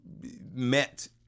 met